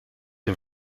een